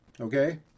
Okay